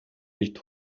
nicht